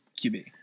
QB